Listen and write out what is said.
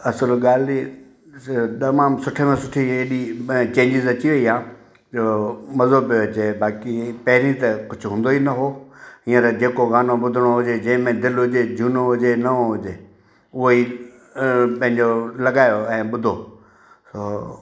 असुलु ॻाल्हि तमामु सुठे में सुठी एॾी चेंजिस अची वई आहे जो मज़ो पियो अचे बाक़ी पहिरीं त कुझु हूंदो ई न हुओ हीअंर जेको गानो ॿुधिणो हुजे जंहिंमें दिलि हुजे झुनो हुजे नओं हुजे हूअ ई पंहिंजो लॻायो ऐं ॿुधो